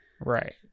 Right